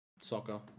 soccer